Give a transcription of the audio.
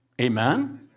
Amen